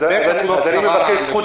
אני אגיד את העמדה שלהם.